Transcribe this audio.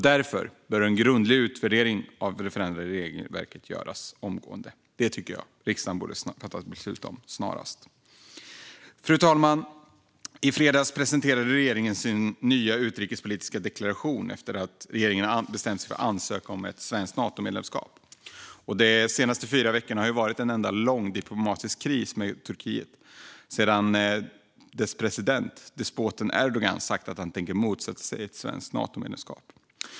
Därför bör en grundlig utvärdering av det förändrade regelverket göras omgående. Det tycker jag att riksdagen borde fatta beslut om snarast. Fru talman! I fredags presenterade regeringen sin nya utrikespolitiska deklaration efter att ha bestämt sig för att ansöka om ett svenskt Natomedlemskap. De senaste fyra veckorna har varit en enda lång diplomatisk kris med Turkiet sedan dess president, despoten Erdogan, sagt att han tänker motsätta sig ett svenskt Natomedlemskap.